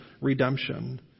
redemption